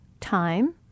time